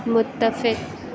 متفق